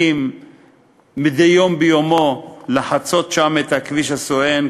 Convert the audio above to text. שנזקקים מדי יום ביומו לחצות שם את הכביש הסואן,